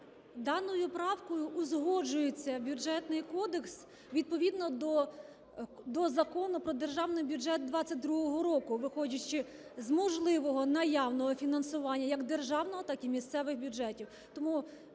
Даною правкою узгоджується Бюджетний кодекс відповідно до Закону "Про Державний бюджет 2022 року", виходячи з можливого наявного фінансування як державного, так і місцевих бюджетів.